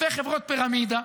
וחברות פירמידה,